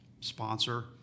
sponsor